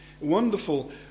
wonderful